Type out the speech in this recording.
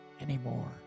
anymore